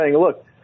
look